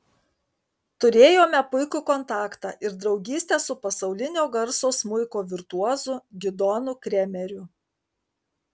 turėjome puikų kontaktą ir draugystę su pasaulinio garso smuiko virtuozu gidonu kremeriu